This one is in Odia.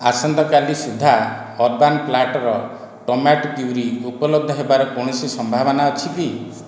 ଆସନ୍ତା କାଲି ସୁଦ୍ଧା ଅରବାନ୍ ପ୍ଲାଟ୍ର ଟମାଟୋ ପ୍ୟୁରୀ ଉପଲବ୍ଧ ହେବାର କୌଣସି ସମ୍ଭାବନା ଅଛି କି